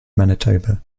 manitoba